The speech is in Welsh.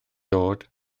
dod